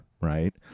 right